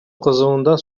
кызуында